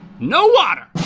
no water.